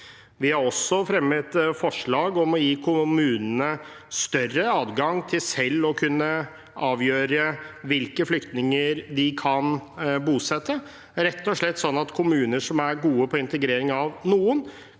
Vi har også fremmet forslag om å gi kommunene større adgang til selv å kunne avgjøre hvilke flyktninger de kan bosette, rett og slett sånn at kommuner som er gode på integrering av noen,